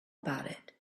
about